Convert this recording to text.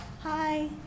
hi